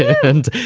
and